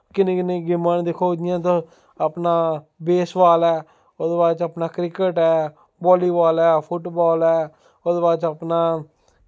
किन्नी किन्नी गेमां न दिक्खो जि'यां तुस अपना बेस बॉल ऐ ओह्दे बाद च अपना क्रिकेट ऐ बॉल्लीबॉल ऐ फुट्टबॉल ऐ ओह्दे बाद च अपना